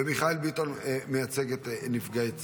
ומיכאל ביטון מייצג את נפגעי צה"ל,